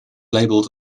labeled